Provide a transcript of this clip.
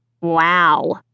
Wow